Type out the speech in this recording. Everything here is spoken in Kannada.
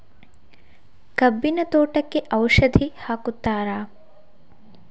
ಕಬ್ಬಿನ ತೋಟಕ್ಕೆ ಔಷಧಿ ಹಾಕುತ್ತಾರಾ?